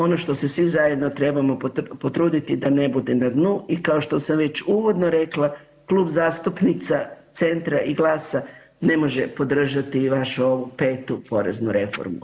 Ono što se svi zajedno trebamo potruditi da ne bude na dnu, i kao što sam već uvodno rekla, Klub zastupnica Centra i GLAS-a ne može podržati i vašu ovu 5. poreznu reformu.